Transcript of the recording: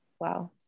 wow